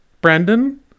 Brandon